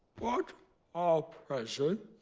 what are presents?